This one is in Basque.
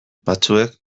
batzuek